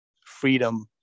Freedom